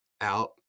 out